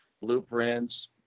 blueprints